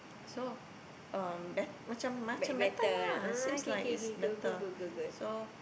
so um bet~ macam macam better lah seems like it's better so